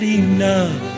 enough